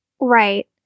Right